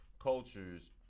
Cultures